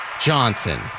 Johnson